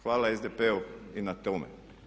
Hvala SDP-u i na tome.